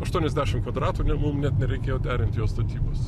aštuoniasdešim kvadratų ne mum net nebereikėjo derint jo statybos